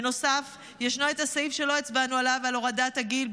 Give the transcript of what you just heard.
בנוסף, יש הסעיף שלא הצבענו עליו על הורדת הגיל.